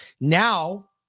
Now